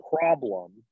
problem